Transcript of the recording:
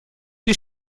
die